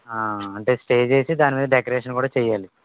అంటే స్టేజ్ వేసి దానిమీద డెకరేషన్ కూడా చెయ్యాలి